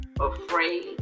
afraid